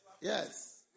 Yes